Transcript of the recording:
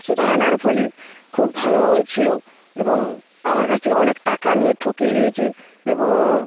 সেটা আনার ফলে খুব ভালোই ছিল এবং আমার কাছ থেকে অনেক টাকা নিয়ে ঠকিয়ে দিয়েছে এবং